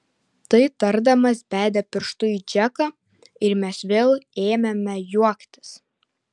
tai tardamas bedė pirštu į džeką ir mes vėl ėmėme juoktis